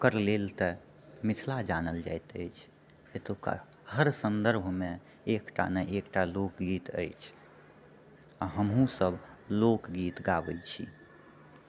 ओकर लेल तऽ मिथिला जानल जाइत अछि एतुका हर सन्दर्भमे एकटा ने एकटा लोक गीत अछि आ हमहुँ सभ लोक गीत गाबैत छी